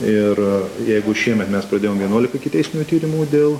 ir jeigu šiemet mes pradėjome vienuolika ikiteisminių tyrimų dėl